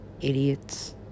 Idiots